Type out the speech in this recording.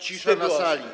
Cisza na sali.